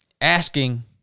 asking